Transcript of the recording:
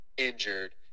injured